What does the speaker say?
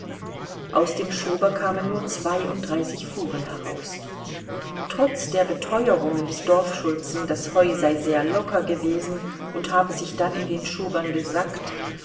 aus dem schober kamen nur zweiunddreißig fuhren heraus trotz der beteuerungen des dorfschulzen das heu sei sehr locker gewesen und habe sich dann in den schobern gesackt